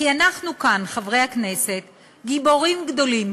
כי אנחנו כאן, חברי הכנסת, גיבורים גדולים,